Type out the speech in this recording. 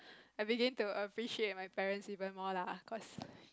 I begin to appreciate my parents even more lah cause